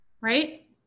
right